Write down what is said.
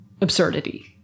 absurdity